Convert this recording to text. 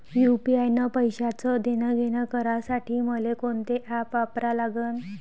UPI न पैशाचं देणंघेणं करासाठी मले कोनते ॲप वापरा लागन?